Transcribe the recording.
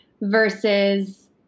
versus